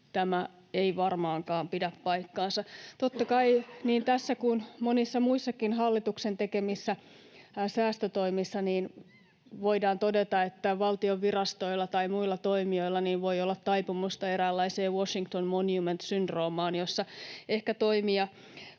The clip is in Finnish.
Tämä ei varmaankaan pidä paikkaansa. Totta kai niin tässä kuin monissa muissakin hallituksen tekemissä säästötoimissa voidaan todeta, että valtion virastoilla tai muilla toimijoilla voi olla taipumusta eräänlaiseen Washington Monument ‑syndroomaan, jossa toimia